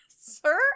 sir